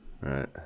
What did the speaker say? Right